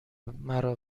مرا